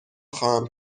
خواهم